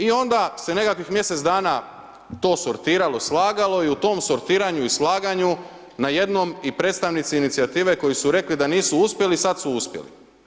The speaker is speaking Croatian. I onda se nekakvih mjesec dana to sortiralo, slagalo i u tom sortiranju i slaganju na jednom i predstavnici inicijative koji su rekli da nisu uspjeli, sad su uspjeli.